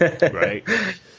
Right